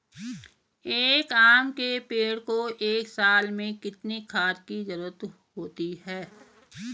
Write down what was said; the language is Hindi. एक आम के पेड़ को एक साल में कितने खाद की जरूरत होती है?